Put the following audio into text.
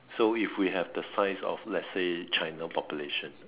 so if we have the size of let's say China population